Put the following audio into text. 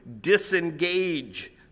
disengage